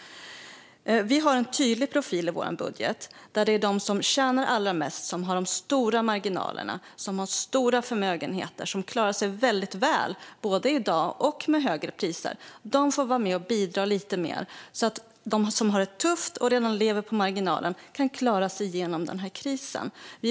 Vi har en tydlig profil i vår budget, nämligen att det är de som tjänar allra mest, som har de stora marginalerna, som har stora förmögenheter och som klarar sig väldigt väl både i dag och med högre priser som får vara med och bidra lite mer, så att de som har det tufft och redan lever på marginalen kan klara sig igenom denna kris.